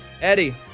Eddie